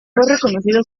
reconocido